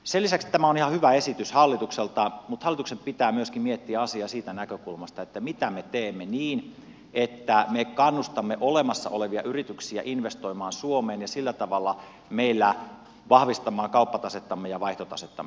sen lisäksi että tämä on ihan hyvä esitys hallitukselta hallituksen pitää miettiä asiaa myöskin siitä näkökulmasta mitä me teemme niin että me kannustamme olemassa olevia yrityksiä investoimaan suomeen ja vahvistamaan sillä tavalla kauppatasettamme ja vaihtotasettamme